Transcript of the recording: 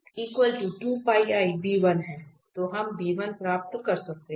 तो हम प्राप्त कर सकते हैं